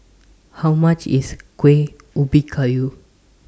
How much IS Kueh Ubi Kayu